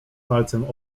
palcem